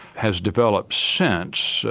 has developed since,